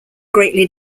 greatly